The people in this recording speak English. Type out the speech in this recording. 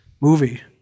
movie